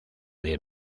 diez